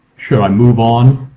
should i move on?